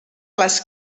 les